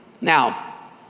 Now